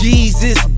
Jesus